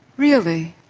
really?